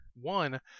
one